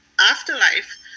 Afterlife